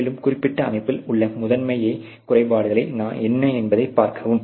மேலும் குறிப்பிட்ட அமைப்பில் உள்ள முதன்மைக் குறைபாடுகள் என்ன என்பதைப் பார்க்கவும்